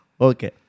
Okay